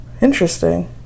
interesting